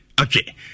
Okay